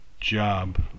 job